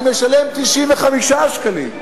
אני משלם 95 שקלים.